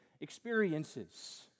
experiences